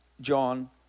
John